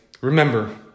Remember